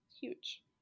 huge